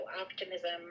optimism